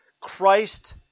Christ